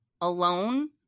alone